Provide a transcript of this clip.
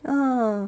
ah